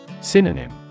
Synonym